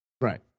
right